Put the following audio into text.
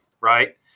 right